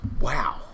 Wow